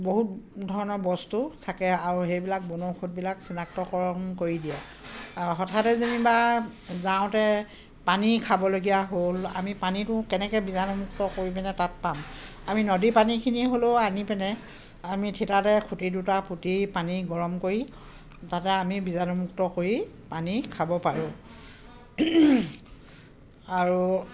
বহুত ধৰণৰ বস্তু থাকে আৰু সেইবিলাক বনৌষধবিলাক চিনাক্তকৰণ কৰি দিয়ে আৰু হঠাতে যেনিবা যাওঁতে পানী খাবলগীয়া হ'ল আমি পানীটো কেনেকৈ বীজাণুমুক্ত কৰি পেনাই তাত পাম আমি নদী পানীখিনি হ'লেও আনি পিনে আমি থিতাতে খুটি দুটা পুতি পানী গৰম কৰি তাতে আমি বীজাণুমুক্ত কৰি পানী খাব পাৰোঁ আৰু